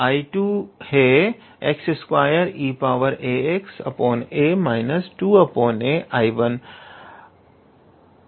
𝐼2 है x2eaxa 2a 𝐼1